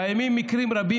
קיימים מקרים רבים,